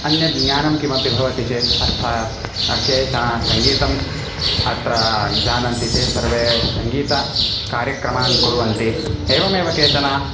अन्यद् ज्ञानं किमपि भवति चेत् अर्थात् केचन सङ्गीतम् अत्र जानन्ति ते सर्वे सङ्गीतकार्यक्रमान् कुर्वन्ति एवमेव केचन